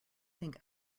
think